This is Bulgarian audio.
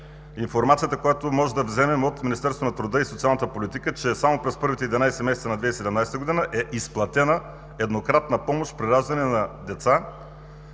информацията, която може да вземем от Министерството на труда и социалната политика, че само през първите 11 месеца на 2017 г. е изплатена еднократна помощ при раждане на деца